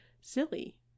silly